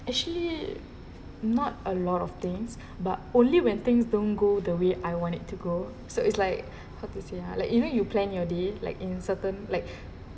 actually not a lot of things but only when things don't go the way I want it to go so it's like how to say ah like even you plan your day like in certain like